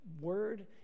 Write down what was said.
word